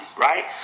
right